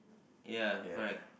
ya correct